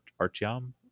Artyom